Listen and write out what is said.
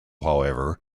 however